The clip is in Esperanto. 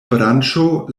branĉo